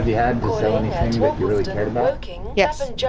yeah had to sell anything that you really cared about yes.